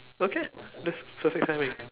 okay ah that's perfect timing